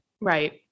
Right